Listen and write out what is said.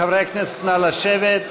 חברי הכנסת, נא לשבת.